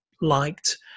liked